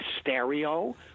stereo